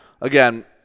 again